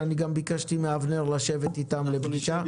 ואני ביקשתי מאבנר גם לשבת איתם לפגישה.